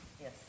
Yes